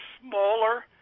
smaller